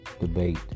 debate